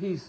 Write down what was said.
he's